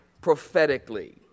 prophetically